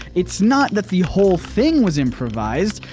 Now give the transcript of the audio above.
it's not that the whole thing was improvised.